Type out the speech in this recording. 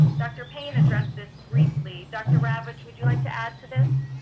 dr. paine addressed this briefly. dr. ravitch, would you like to add to this?